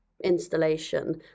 installation